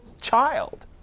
child